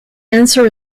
answer